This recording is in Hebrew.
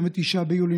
29 ביולי,